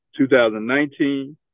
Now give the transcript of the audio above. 2019